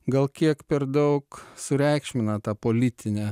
gal kiek per daug sureikšmina tą politinę